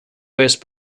west